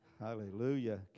Hallelujah